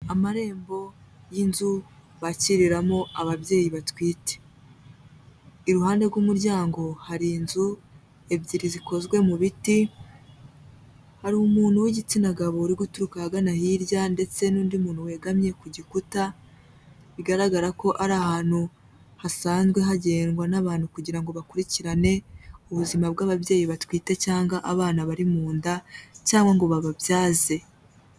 Amarembo y'inzu bakiriramo ababyeyi batwite. Iruhande rw'umuryango hari inzu ebyiri zikozwe mu biti, hari umuntu w'igitsina gabo uri guturuka ahagana hirya ndetse n'undi muntu wegamye ku gikuta, bigaragara ko ari ahantu hasanzwe hagendwa n'abantu kugira ngo bakurikirane ubuzima bw'ababyeyi batwite cyangwa abana bari mu nda cyangwa ngo bababyaze.